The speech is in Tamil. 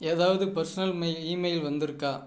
ஏதாவது பர்சனல் மெ ஈமெயில் வந்திருக்கா